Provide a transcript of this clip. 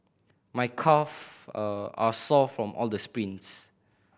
my calve a are sore from all the sprints